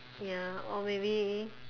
ya or maybe